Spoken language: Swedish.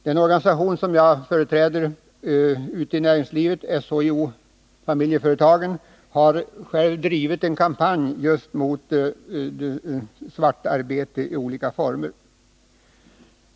Den organisation i näringslivet som jag företräder, SHIO-Familjeföretagen, har drivit en kampanj mot just ”svart” arbete i olika former.